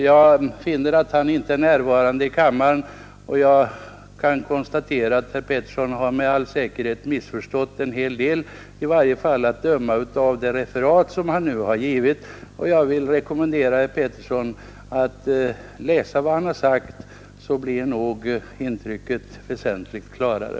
Jag finner att herr Helén inte är närvarande i kammaren, och jag vill bara kortfattat säga att herr Pettersson med all säkerhet — i varje fall att döma av det referat som han givit — missförstått en hel del. Jag vill rekommendera herr Pettersson att läsa vad herr Helén har sagt. Då blir nog intrycket väsentligt klarare.